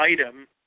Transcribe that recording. item